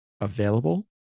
available